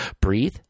breathe